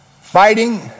fighting